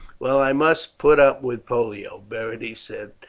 well, i must put up with pollio, berenice said.